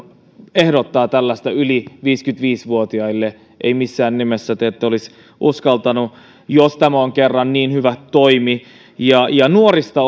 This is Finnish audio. ehdottaa tällaista esimerkiksi yli viisikymmentäviisi vuotiaille ette missään nimessä olisi uskaltaneet jos tämä kerran on niin hyvä toimi nuorista